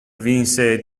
vinse